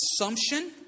assumption